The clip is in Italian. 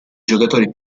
giocatori